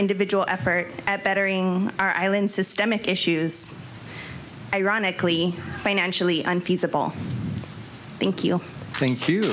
individual effort at bettering are island systemic issues ironically financially unfeasible think you think you